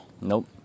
nope